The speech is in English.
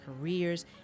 careers